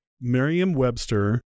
Merriam-Webster